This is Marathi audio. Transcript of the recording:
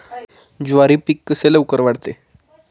ज्वारी पीक कसे लवकर वाढते?